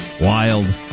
Wild